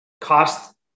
cost